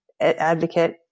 advocate